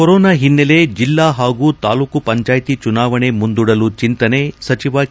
corona ಹಿನ್ನೆಲೆ ಜಿಲ್ಲಾ ಹಾಗೂ ತಾಲ್ಲೂಕು ಪಂಚಾಯಿತಿ ಚುನಾವಣೆ ಮುಂದೂಡಲು ಚಿಂತನೆ ಸಚಿವ ಕೆ